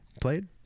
played